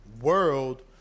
world